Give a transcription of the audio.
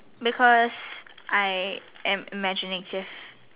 because I am imaginative